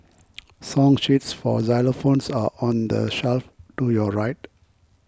song sheets for xylophones are on the shelf to your right